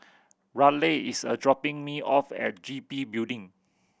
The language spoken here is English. Raleigh is a dropping me off at G B Building